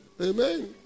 amen